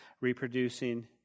reproducing